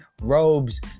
robes